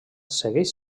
segueix